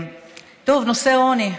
נושא העוני.